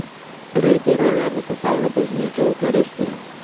graikų ir romėnų pasaulio bažnyčių eucharistija